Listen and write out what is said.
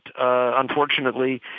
unfortunately